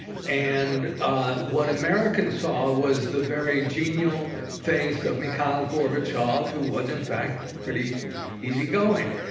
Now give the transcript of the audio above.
and ah what americans saw was the very genial face of mikhail gorbachev, who was in fact pretty easy going.